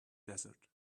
desert